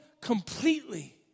completely